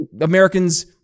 Americans